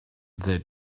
they